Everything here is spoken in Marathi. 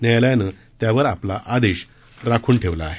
न्यायालयानं त्यावर आपला आदेश राखून ठेवला आहे